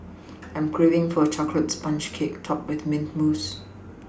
I'm craving for a chocolate sponge cake topped with mint mousse